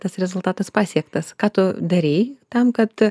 tas rezultatas pasiektas ką tu darei tam kad